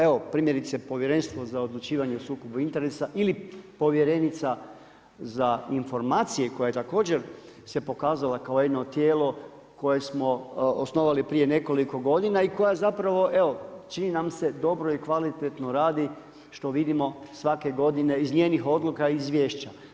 Evo, primjerice, Povjerenstvo za odlučivanje o sukobu interesa, ili povjerenica za informacije, koje se također se pokazala kao jedno tijelo, koje smo osnovali prije nekoliko godina i koja zapravo, evo, čini nam se dobro i kvalitetno radi, što vidimo svake godine iz njenih odluka i izvješća.